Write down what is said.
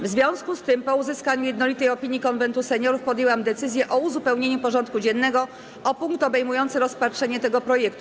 W związku z tym, po uzyskaniu jednolitej opinii Konwentu Seniorów, podjęłam decyzję o uzupełnieniu porządku dziennego o punkt obejmujący rozpatrzenie tego projektu.